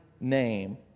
name